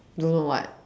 don't know what